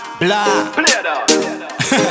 blah